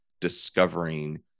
discovering